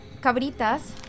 Cabritas